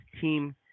team